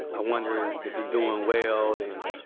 ah wonder, is he doing well? and,